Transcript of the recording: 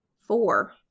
four